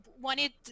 wanted